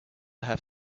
have